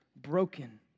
broken